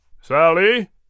Sally